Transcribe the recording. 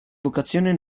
vocazione